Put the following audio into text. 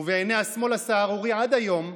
ובעיני השמאל הסהרורי עד היום,